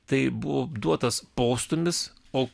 tai buvo duotas postūmis o